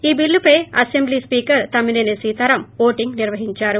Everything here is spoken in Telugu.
ఈ బిల్లుపై assembly speaker Tammineni Sitaram voting నిర్వహించారు